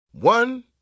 One